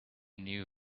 new